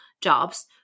jobs